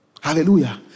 Hallelujah